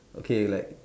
okay like